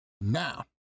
Now